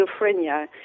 schizophrenia